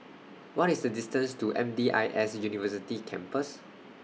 What IS The distance to M D I S University Campus